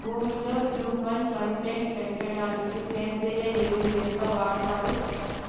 భూమిలో humus content పెంచడానికి సేంద్రియ ఎరువు ఎంత వాడుతారు